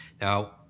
Now